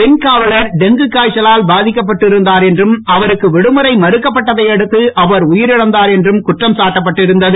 பெண் காவலர் டெங்கு காய்ச்சலால் பாதிக்கப்பட்டு இருந்தார் என்றும் அவருக்கு விடுமுறை மறுக்கப்பட்டதை அடுத்து அவர் உயிரிழந்தார் என்றும் குற்றம் சாட்டப்பட்டு இருந்தது